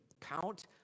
count